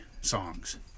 songs